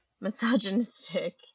misogynistic